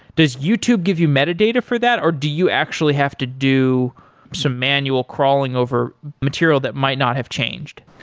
does youtube give you meta data for that or do you actually have to do some manual crawling over material that might not have changed.